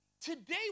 today